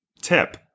tip